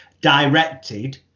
directed